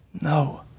no